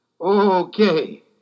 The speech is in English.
Okay